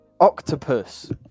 Octopus